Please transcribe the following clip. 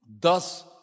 Thus